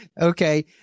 Okay